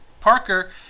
Parker